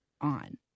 on